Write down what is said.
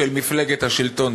של מפלגת השלטון,